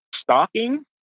stalking